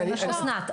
רגע, שנייה, אסנת.